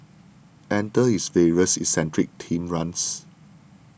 enter his various eccentric themed runs